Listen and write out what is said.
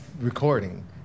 recording